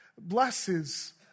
blesses